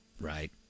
Right